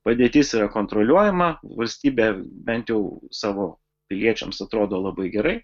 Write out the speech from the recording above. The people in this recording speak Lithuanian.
padėtis yra kontroliuojama valstybė bent jau savo piliečiams atrodo labai gerai